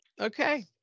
Okay